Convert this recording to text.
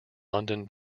london